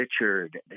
Richard